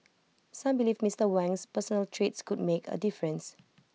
some believe Mister Wang's personal traits could make A difference